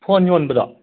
phone ꯌꯣꯟꯕꯗꯣ